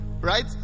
Right